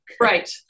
right